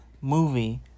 movie